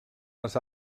les